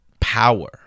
power